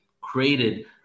created